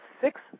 six